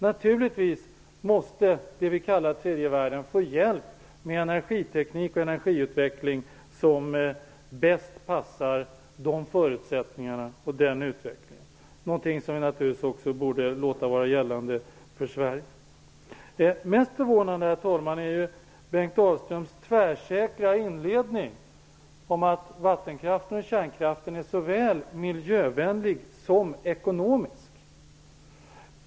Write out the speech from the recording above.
Naturligtvis måste det vi kallar tredje världen få hjälp med energiteknik och energiutveckling som bäst passar deras förutsättningar och utveckling. Det borde vi också låta vara gällande för Sverige. Mest förvånande, herr talman, är Bengt Dalströms tvärsäkra inledning om att vattenkraften och kärnkraften är såväl miljövänliga som ekonomiska.